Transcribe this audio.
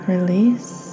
Release